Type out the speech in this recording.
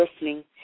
listening